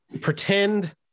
pretend